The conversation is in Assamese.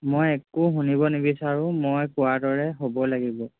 মই একো শুনিব নিবিচাৰোঁ মই কোৱাৰ দৰে হ'বই লাগিব